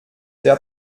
der